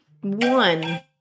one